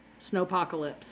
snowpocalypse